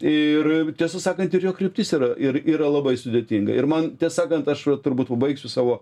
ir tiesą sakant ir jo kryptis yra ir yra labai sudėtinga ir man tiesą sakant aš va turbūt baigsiu savo